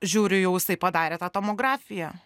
žiūriu jau jisai padarė tą tomografiją